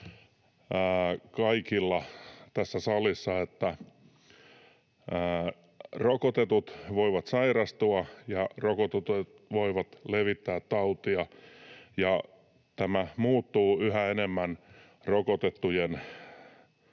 on tiedossa nyt se, että rokotetut voivat sairastua ja rokotetut voivat levittää tautia ja tämä muuttuu yhä enemmän rokotettujen